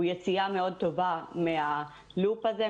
הוא יציאה מאוד טובה מהלופ הזה,